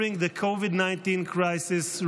during the Covid19 crisis,